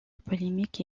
polémique